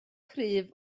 cryf